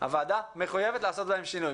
הוועדה מחויבת לעשות בהם שינוי.